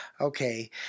Okay